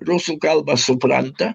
rusų kalbą supranta